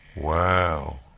Wow